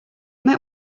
met